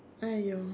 !aiyo!